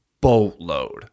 boatload